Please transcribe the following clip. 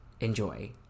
enjoy